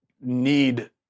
need